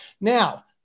Now